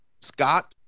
Scott –